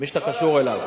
מי שאתה קשור אליו.